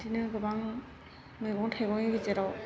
बेदिनो गोबां मैगं थाइगंनि गेजेराव